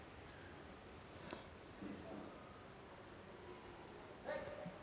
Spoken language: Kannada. ಭತ್ತದ ಹುಲ್ಲನ್ನು ಕಟ್ಟುವ ಯಂತ್ರದ ಹೆಸರೇನು?